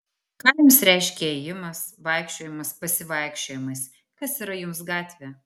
ką jums reiškia ėjimas vaikščiojimas pasivaikščiojimas kas yra jums gatvė